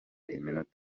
iminota